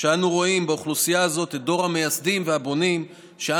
שאנו רואים באוכלוסייה הזאת את דור המייסדים והבונים שאנו,